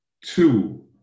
Two